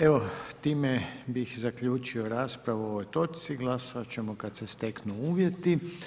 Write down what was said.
Evo time bih zaključio raspravu o ovoj točci, glasovat ćemo kada se steknu uvjeti.